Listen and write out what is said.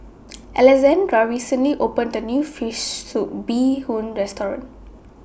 Alessandra recently opened A New Fish Soup Bee Hoon Restaurant